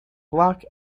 block